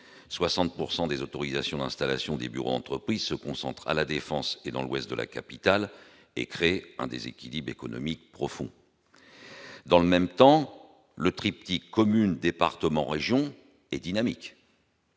des autorisations d'installation des bureaux entreprises se concentrent à la Défense et dans l'ouest de la capitale et crée un déséquilibre économique profond dans le même temps, le triptyque, communes, départements, régions et dynamique.